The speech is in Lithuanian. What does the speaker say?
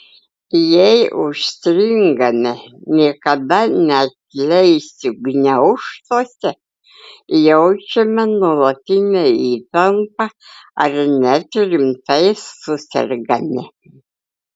jei užstringame niekada neatleisiu gniaužtuose jaučiame nuolatinę įtampą ar net rimtai susergame